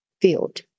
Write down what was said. field